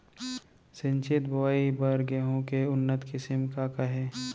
सिंचित बोआई बर गेहूँ के उन्नत किसिम का का हे??